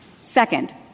Second